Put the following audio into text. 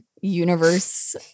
universe